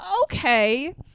Okay